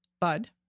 Bud